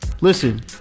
listen